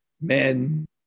men